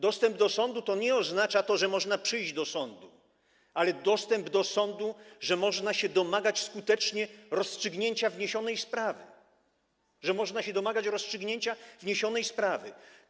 Dostęp do sądu nie oznacza, że można przyjść do sądu, ale dostęp do sądu oznacza, że można się domagać skutecznie rozstrzygnięcia wniesionej sprawy, że można się domagać rozstrzygnięcia wniesionej sprawy.